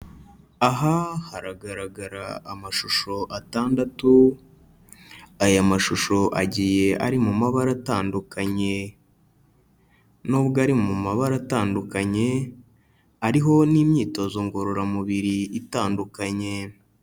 Aha haragaragara amashusho atandatu, aya mashusho agiye ari mu mabara atandukanye, nubwo ari mu mabara atandukanye, hariho n'imyitozo ngororamubiri itandukanye.